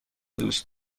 دوست